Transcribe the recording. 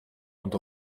und